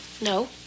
No